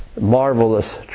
marvelous